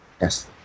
Yes